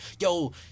yo